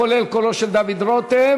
כולל קולו של דוד רותם,